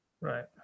Right